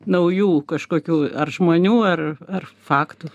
naujų kažkokių ar žmonių ar ar faktų